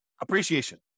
appreciation